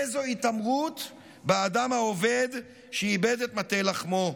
איזו התעמרות באדם העובד שאיבד את מטה לחמו.